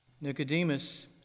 Nicodemus